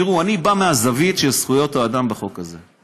תראו, אני בא מהזווית של זכויות האדם, בחוק הזה.